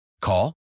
Call